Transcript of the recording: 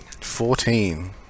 Fourteen